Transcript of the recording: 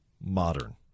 modern